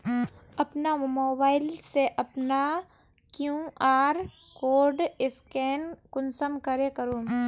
अपना मोबाईल से अपना कियु.आर कोड स्कैन कुंसम करे करूम?